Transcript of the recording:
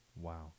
Wow